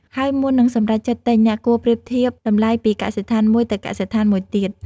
ហើយមុននឹងសម្រេចចិត្តទិញ អ្នកគួរប្រៀបធៀបតម្លៃពីកសិដ្ឋានមួយទៅកសិដ្ឋានមួយទៀត។